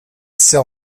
sell